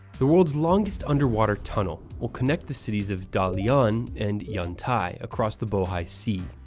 the world's longest underwater tunnel will connect the cities of dalian and yantai across the bohai sea,